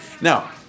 now